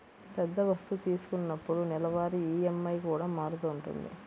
పెద్ద వస్తువు తీసుకున్నప్పుడు నెలవారీ ఈఎంఐ కూడా మారుతూ ఉంటది